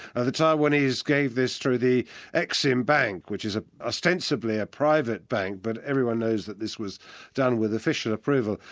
ah the taiwanese gave this through the exim bank, which is ah ostensibly a private bank but everyone knows that this was done with official approval.